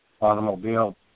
Automobile